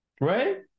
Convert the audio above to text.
right